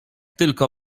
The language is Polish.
tylko